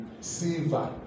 silver